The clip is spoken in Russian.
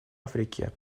африке